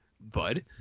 Bud